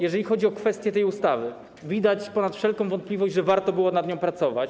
Jeżeli chodzi o kwestię tej ustawy, widać ponad wszelką wątpliwość, że warto było nad nią pracować.